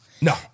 No